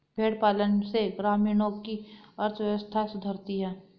भेंड़ पालन से ग्रामीणों की अर्थव्यवस्था सुधरती है